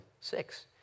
six